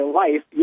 life